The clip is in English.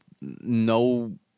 no